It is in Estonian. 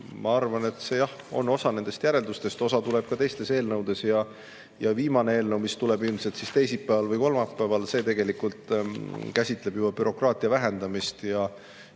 Ma arvan, et [selles eelnõus] on osa nendest järeldustest, osa tuleb ka teistes eelnõudes. Viimane eelnõu, mis tuleb ilmselt teisipäeval või kolmapäeval, tegelikult käsitleb bürokraatia vähendamist